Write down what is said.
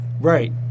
Right